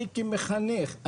אני כמחנך,